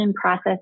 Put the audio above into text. process